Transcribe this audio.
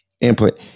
input